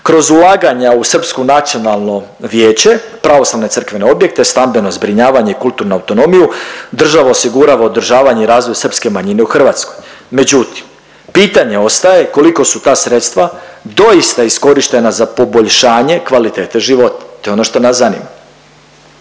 Kroz ulaganja u srpsku nacionalno vijeće, pravoslavne crkvene objekte, stambeno zbrinjavanje i kulturnu autonomiju država osigurava održavanje i razvoj srpske manjine u Hrvatskoj. Međutim, pitanje ostaje koliko su ta sredstva doista iskorištena za poboljšanje kvalitete života? To je ono što nas zanima.